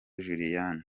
juliana